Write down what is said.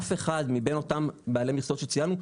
אף אחד מבין אותם בעלי מכסות שציינו,